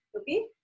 Okay